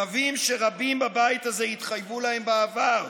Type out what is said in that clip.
קווים שרבים בבית הזה התחייבו להם בעבר,